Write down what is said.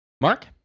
Mark